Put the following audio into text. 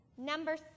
number